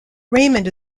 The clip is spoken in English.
raymond